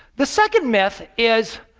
the second myth is,